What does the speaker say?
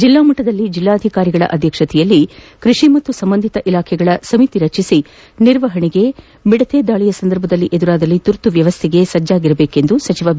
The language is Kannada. ಜಿಲ್ಲಾಮಟ್ಟದಲ್ಲಿ ಜಿಲ್ಲಾಧಿಕಾರಿಗಳ ಅಧ್ಯಕ್ಷತೆಯಲ್ಲಿ ಕೃಷಿ ಮತ್ತು ಸಂಬಂಧಿತ ಇಲಾಖೆಗಳ ಸಮಿತಿ ರಚಿಸಿ ನಿರ್ವಹಣೆಗೆ ಮಿಡತೆ ದಾಳಿಯ ಸಂದರ್ಭ ಎದುರಾದಲ್ಲಿ ತುರ್ತು ವ್ಯವಸ್ಥೆ ಸಜ್ಜಾಗಿಡಬೇಕೆಂದು ಸಚಿವ ಬಿ